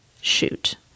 shoot